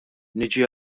niġi